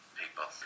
people